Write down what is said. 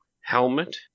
helmet